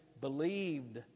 believed